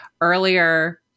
earlier